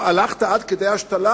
הלכת עד כדי השתלה?